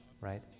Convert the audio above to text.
right